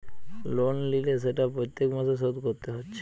loan লিলে সেটা প্রত্যেক মাসে শোধ কোরতে হচ্ছে